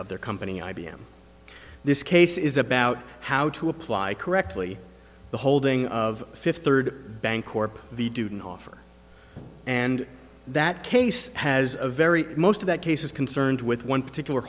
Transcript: of their company i b m this case is about how to apply correctly the holding of fifth third bancorp the duden offer and that case has a very most of that case is concerned with one particular